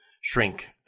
shrink